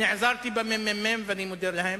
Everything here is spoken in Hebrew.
נעזרתי בממ"מ, ואני מודה להם.